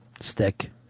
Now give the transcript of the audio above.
Stick